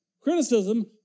Criticism